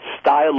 Style